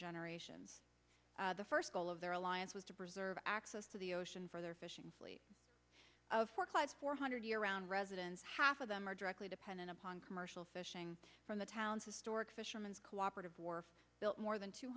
generations the first goal of their alliance was to preserve access to the ocean for their fishing fleet of for quite four hundred year round residents half of them are directly dependent upon commercial fishing from the town's historic fisherman's co operative wharf built more than two